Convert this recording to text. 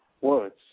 words